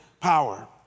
power